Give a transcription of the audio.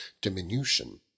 diminution